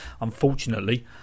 Unfortunately